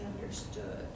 understood